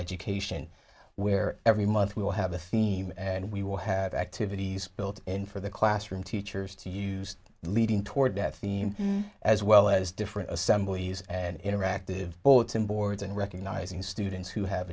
education where every month we will have a theme and we will have activities built in for the classroom teachers to use leading toward death theme as well as different assemblies and interactive bulletin boards and recognizing students who have